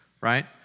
right